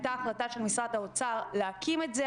הייתה החלטה של משרד האוצר להקים את זה,